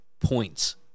points